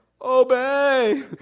obey